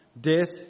death